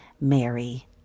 Mary